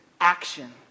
action